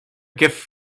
gift